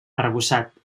arrebossat